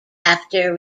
after